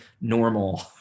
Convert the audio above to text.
normal